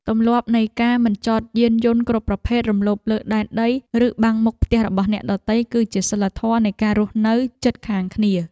ទម្លាប់នៃការមិនចតយានយន្តគ្រប់ប្រភេទរំលោភលើដែនដីឬបាំងមុខផ្ទះរបស់អ្នកដទៃ គឺជាសីលធម៌នៃការរស់នៅជិតខាងគ្នា។